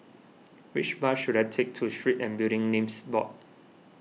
which bus should I take to Street and Building Names Board